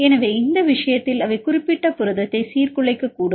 எனவே இந்த விஷயத்தில் அவை குறிப்பிட்ட புரதத்தை சீர்குலைக்கக்கூடும்